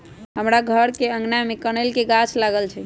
हमर घर के आगना में कनइल के गाछ लागल हइ